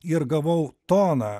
ir gavau toną